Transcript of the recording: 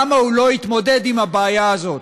למה הוא לא התמודד עם הבעיה הזאת?